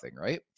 right